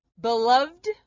Beloved